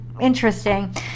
Interesting